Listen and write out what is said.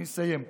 אני אסיים.